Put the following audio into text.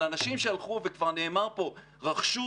על אנשים שהלכו וכבר נאמר פה רכשו